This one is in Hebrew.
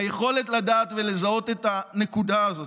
היכולת לדעת ולזהות את הנקודה הזאת,